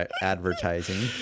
advertising